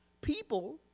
people